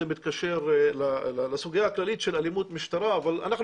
זה מתקשר לסוגיה הכללית של אלימות משטרה אבל אנחנו